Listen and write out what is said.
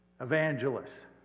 evangelists